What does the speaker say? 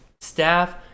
staff